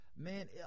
Man